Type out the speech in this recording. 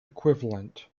equivalent